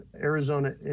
Arizona